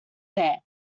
there